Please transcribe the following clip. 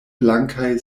blankaj